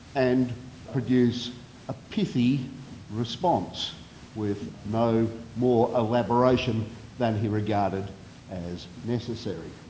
and produce a pithy response with no more elaboration than he regarded as necessary.